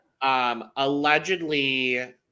Allegedly